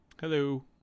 Hello